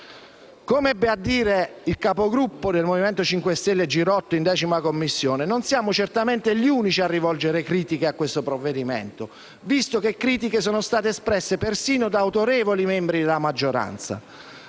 Come ebbe a dire il Capogruppo del Movimento 5 Stelle in 10a Commissione, senatore Girotto, non siamo certamente gli unici a rivolgere critiche a questo provvedimento, visto che critiche sono state espresse persino da autorevoli membri della maggioranza.